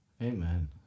amen